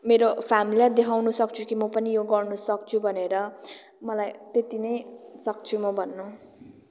मेरो फ्यामिलीलाई देखाउनसक्छु कि म पनि यो गर्नसक्छु भनेर मलाई त्यति नै सक्छु म भन्नु